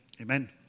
Amen